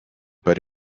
but